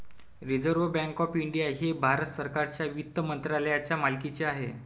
reserve Bank of India हे भारत सरकारच्या वित्त मंत्रालयाच्या मालकीचे आहे